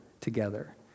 together